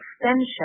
extension